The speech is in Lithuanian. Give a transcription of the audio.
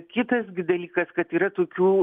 kitas gi dalykas kad yra tokių